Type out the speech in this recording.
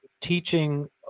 teaching